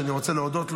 שאני רוצה להודות לו,